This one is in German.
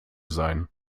sein